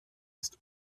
ist